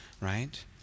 right